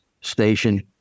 station